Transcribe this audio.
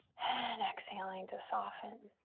and exhaling to soften.